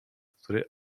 który